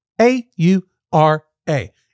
A-U-R-A